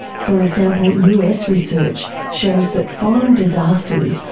for example, us research shows that following disasters,